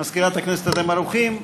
מזכירת הכנסת, אתם ערוכים?